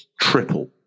triple